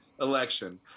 election